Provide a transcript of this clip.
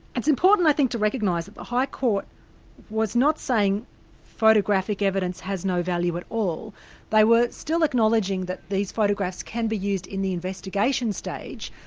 it's important i think to recognise that the high court was not saying photographic evidence has no value at all they were still acknowledging that these photographs can be used in the investigation stage,